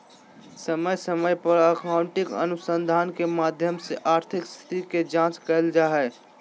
समय समय पर अकाउन्टिंग अनुसंधान के माध्यम से आर्थिक स्थिति के जांच कईल जा हइ